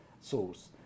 source